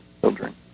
children